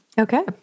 Okay